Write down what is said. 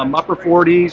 um upper forty s,